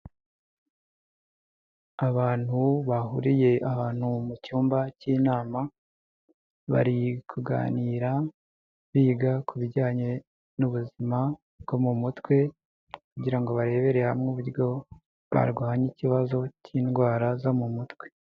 Abantu bahuriye abantu mu cyumba k'inama, bari kuganira biga ku bijyanye n'ubuzima bwo mu mutwe, kugira ngo barebere hamwe uburyo barwanya ikibazo k'indwara zo mu mutwe.